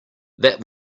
that